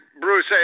Bruce